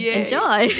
enjoy